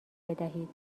بدهید